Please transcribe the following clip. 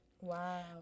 Wow